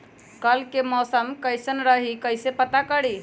कल के मौसम कैसन रही कई से पता करी?